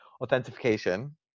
Authentication